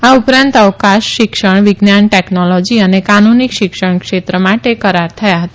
આ ઉપરાંત અવકાશ શિક્ષણ વિજ્ઞાન ટેકનોલોજી અને કાનૂની શિક્ષણ ક્ષેત્ર માટે કરાર થયા હતા